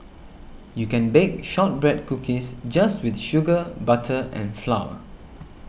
you can bake Shortbread Cookies just with sugar butter and flour